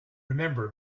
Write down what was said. remember